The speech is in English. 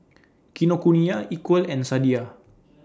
Kinokuniya Equal and Sadia